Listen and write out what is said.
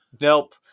Nope